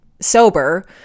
sober